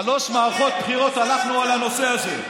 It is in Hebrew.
שלוש מערכות בחירות הלכנו על הנושא הזה,